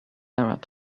arab